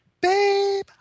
Babe